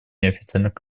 неофициальных